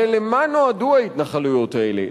הרי למה נועדו ההתנחלויות האלה?